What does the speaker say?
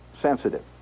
sensitive